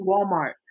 Walmart